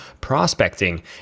Prospecting